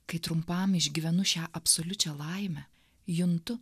kai trumpam išgyvenu šią absoliučią laimę juntu